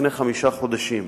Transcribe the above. לפני חמישה חודשים.